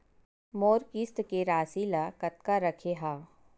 मोर किस्त के राशि ल कतका रखे हाव?